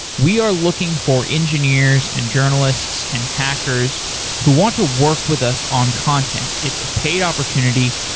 we are looking for engineers and journalists and hackers who want to work with us on content. it's a paid opportunity.